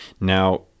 Now